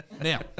Now